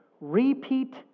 repeat